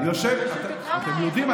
אתם יהודים.